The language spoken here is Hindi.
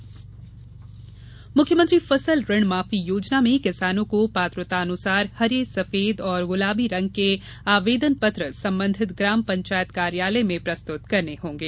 कर्जमाफी सूची मुख्यमंत्री फसल ऋण माफी योजना में किसानों को पात्रतानुसार हरे सफेद और गुलाबी रंग के आवेदन पत्र संबंधित ग्राम पंचायत कार्यालय में प्रस्तुत करने होंगे